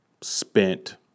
spent